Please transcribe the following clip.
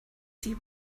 see